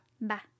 Bye